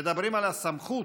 מדברים על הסמכות,